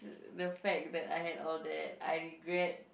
the fact that I had all that I regret